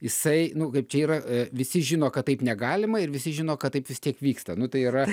jisai nu kaip čia yra visi žino kad taip negalima ir visi žino kad taip vis tiek vyksta nu tai yra